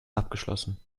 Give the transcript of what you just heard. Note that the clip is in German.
abgeschlossen